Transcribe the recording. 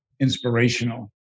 inspirational